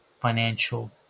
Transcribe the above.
financial